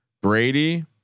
Brady